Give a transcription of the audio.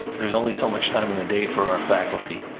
there's only so much time in the day for our faculty.